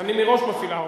אני מראש מפעיל ארבע,